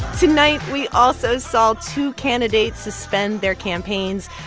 tonight, we also saw two candidates suspend their campaigns.